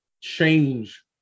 change